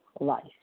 life